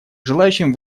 желающим